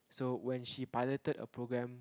so when she piloted a program